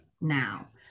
now